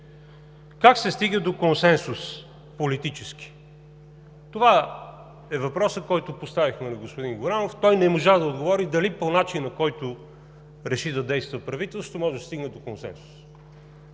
Как се стига до политически консенсус? Това е въпросът, който поставихме на господин Горанов. Той не можа да отговори дали по начина, по който реши да действа правителството, може да се стигне до консенсус.